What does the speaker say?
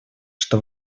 что